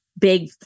big